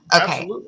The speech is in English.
Okay